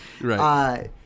Right